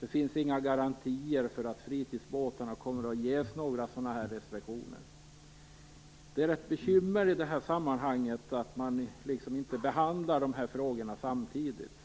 det inte finns några garantier för att det kommer att ges några restriktioner i fråga om fritidsbåtar. Det är ett bekymmer i det här sammanhanget att man inte behandlar frågorna samtidigt.